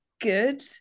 good